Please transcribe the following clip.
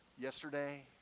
yesterday